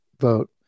vote